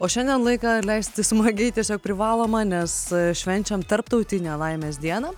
o šiandien laiką leisti smagiai tiesiog privaloma nes švenčiam tarptautinę laimės dieną